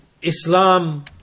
Islam